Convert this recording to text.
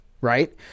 right